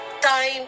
Time